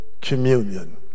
Communion